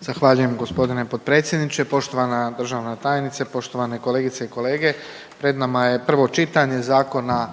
(HDZ)** Zahvaljujem g. potpredsjedniče. Poštovana državna tajnice, poštovane kolegice i kolege. Pred nama je prvo čitanje Zakona